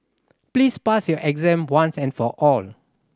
please pass your exam once and for all